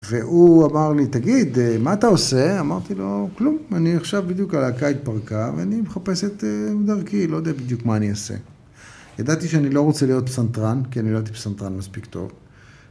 והוא אמר לי, תגיד, מה אתה עושה? אמרתי לו, כלום, אני עכשיו בדיוק הלהקה התפרקה ואני מחפש את דרכי, לא יודע בדיוק מה אני אעשה. ידעתי שאני לא רוצה להיות פסנתרן, כי אני לא הייתי פסנתרן מספיק טוב.